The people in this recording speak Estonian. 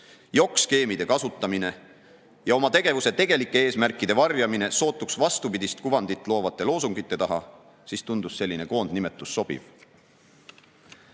jokk-skeemide kasutamine ja oma tegevuse tegelike eesmärkide varjamine sootuks vastupidist kuvandit loovate loosungite taha, tundus selline koondnimetus sobiv. Need